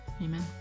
Amen